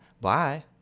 Bye